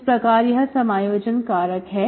इस प्रकार यह समायोजन कारक है